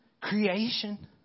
creation